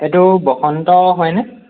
এইটো বসন্ত হয়নে